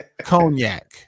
Cognac